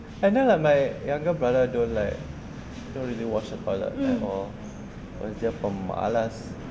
and then like my younger brother don't like don't really wash the toilet at all because dia pemalas